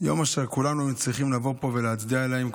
יום אשר כולנו צריכים לבוא לפה ולהצדיע להם,